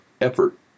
effort